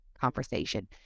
conversation